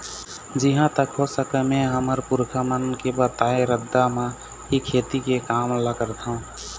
जिहाँ तक हो सकय मेंहा हमर पुरखा मन के बताए रद्दा म ही खेती के काम ल करथँव